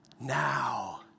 Now